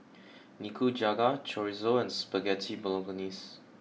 Nikujaga Chorizo and Spaghetti Bolognese